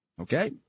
okay